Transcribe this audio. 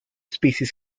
species